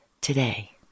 today